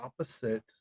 opposite